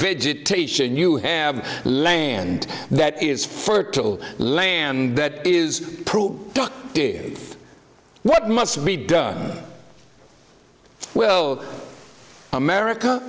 vegetation you have land that is fertile land that is what must be done well america